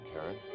Karen